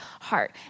heart